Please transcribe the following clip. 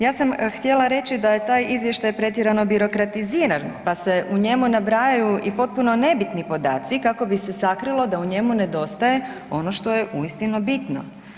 Ja sam htjela reći da je taj izvještaj pretjerano birokratiziran, pa se u njemu nabrajaju i potpuno nebitni podaci kako bi se sakrilo da u njemu nedostaje ono što je uistinu bitno.